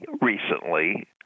recently